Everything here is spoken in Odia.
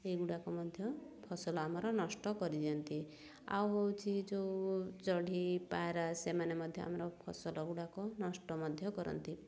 ଏଗୁଡ଼ାକ ମଧ୍ୟ ଫସଲ ଆମର ନଷ୍ଟ କରିଦିଅନ୍ତି ଆଉ ହେଉଛି ଯେଉଁ ଚଢ଼େଇ ପାରା ସେମାନେ ମଧ୍ୟ ଆମର ଫସଲ ଗୁଡ଼ାକ ନଷ୍ଟ ମଧ୍ୟ କରନ୍ତି